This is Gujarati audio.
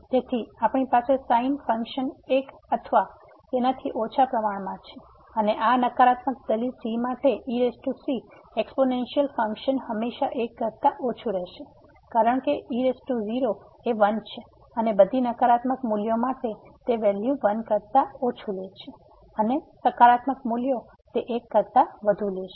તેથી આપણી પાસે sin ફંકશન એક અથવા તેનાથી ઓછા પ્રમાણમાં છે અને આ નકારાત્મક દલીલ c માટે ec એક્ષ્પોનેન્સિયલ ફંક્શન હંમેશાં 1 કરતા ઓછું રહેશે કારણ કે e0 એ 1 છે અને બધી નકારાત્મક મૂલ્યો માટે તે વેલ્યુ 1 કરતા ઓછું લે છે એને સકારાત્મક મૂલ્યો તે 1 કરતા વધુ લેશે